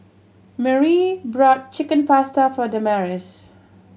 Merrie brought Chicken Pasta for Damaris